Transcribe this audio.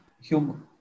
human